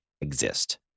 exist